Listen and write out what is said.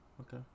okay